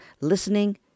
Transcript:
listening